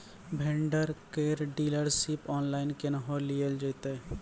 Vendor केर dealership online केहनो लियल जेतै?